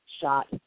shot